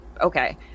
okay